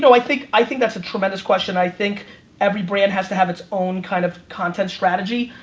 know, i think i think that's a tremendous question. i think every brand has to have its own kind of content strategy.